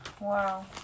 Wow